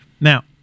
Now